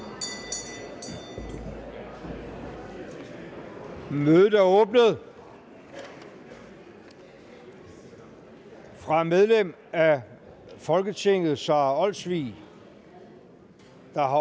Mødet er åbnet. Fra medlem af Folketinget Sara Olsvig, der har